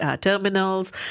terminals